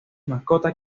mascotas